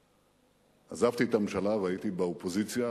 אחרי שעזבתי את הממשלה והייתי באופוזיציה,